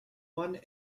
one